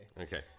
Okay